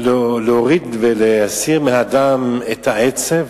להסיר מאדם את העצב,